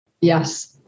Yes